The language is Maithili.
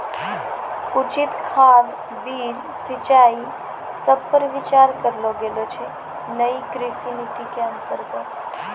उचित खाद, बीज, सिंचाई सब पर विचार करलो गेलो छै नयी कृषि नीति के अन्तर्गत